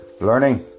learning